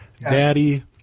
Daddy